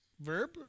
verb